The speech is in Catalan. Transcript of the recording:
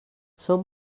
són